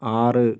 ആറ്